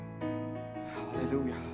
Hallelujah